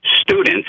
students